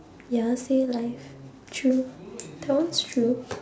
ya stay alive true that one's true